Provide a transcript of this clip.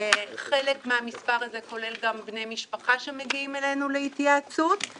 חלק מהמספר הזה כולל גם בני משפחה שמגיעים אלינו להתייעצות.